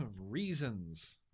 reasons